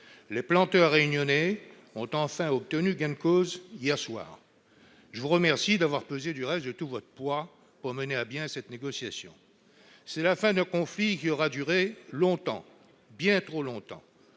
les planteurs réunionnais ont enfin obtenu gain de cause hier soir. Je vous remercie d'avoir pesé de tout votre poids pour que cette négociation aboutisse. C'est la fin d'un conflit qui aura duré longtemps, bien trop longtemps,